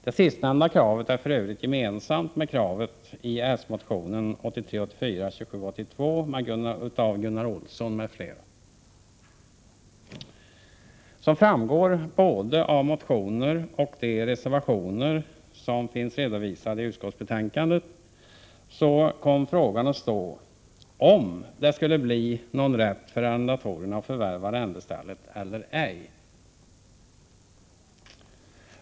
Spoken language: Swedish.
Det sistnämnda kravet överensstämmer för övrigt med kravet i den socialdemokratiska motionen 1983/84:2782 av Gunnar Olsson m.fl. Som framgår av både de motioner och de reservationer som finns redovisade i utskottsbetänkandet kom frågan att gälla om arrendatorerna skulle få rätt att förvärva arrendestället eller ej.